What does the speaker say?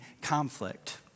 conflict